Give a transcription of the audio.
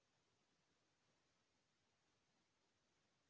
UPI के जानकारी कइसे मिलही?